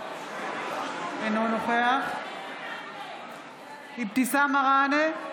אינו נוכח אבתיסאם מראענה,